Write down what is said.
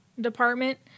department